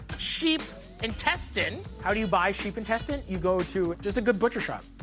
sheep intestine. how do you buy sheep intestine? you go to just a good butcher shop.